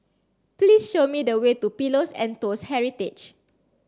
please show me the way to Pillows and Toast Heritage